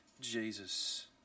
Jesus